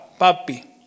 papi